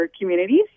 communities